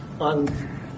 on